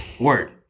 Word